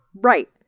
Right